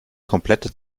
komplette